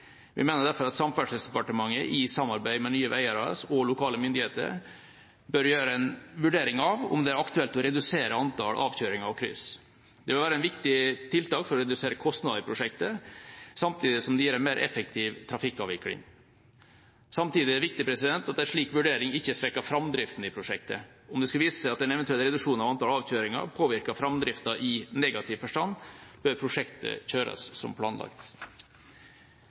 Vi mener derfor at Samferdselsdepartementet, i samarbeid med Nye Veier AS og lokale myndigheter, bør gjøre en vurdering av om det er aktuelt å redusere antall avkjøringer og kryss. Det vil være et viktig tiltak for å redusere kostnadene i prosjektet, samtidig som det gir en mer effektiv trafikkavvikling. Samtidig er det viktig at en slik vurdering ikke svekker framdriften i prosjektet. Om det skulle vise seg at en eventuell reduksjon av antall avkjøringer påvirker framdriften i negativ forstand, bør prosjektet kjøres som planlagt.